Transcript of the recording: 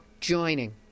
joining